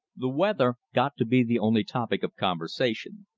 the weather got to be the only topic of conversation.